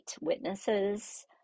witnesses